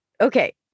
okay